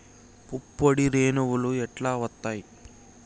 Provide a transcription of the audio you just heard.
పుప్పొడి రేణువులు ఎట్లా వత్తయ్?